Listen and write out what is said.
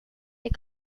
they